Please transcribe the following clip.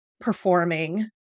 performing